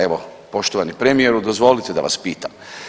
Evo poštovani premijeru dozvolite da vas pitam.